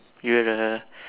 you have the